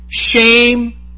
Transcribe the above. Shame